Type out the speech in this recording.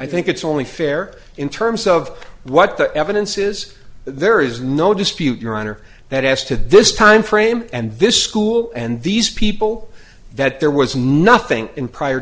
i think it's only fair in terms of what the evidence is there is no dispute your honor that as to this timeframe and this school and these people that there was nothing in prior